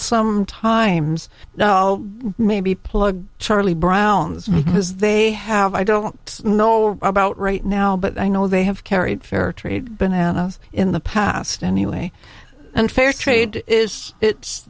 some times maybe plug charlie brown's because they have i don't know about right now but i know they have carried for trade bananas in the past anyway and fair trade is it's